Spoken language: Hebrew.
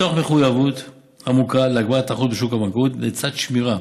מתוך מחויבות עמוקה להגברת התחרות בשוק הבנקאות לצד שמירה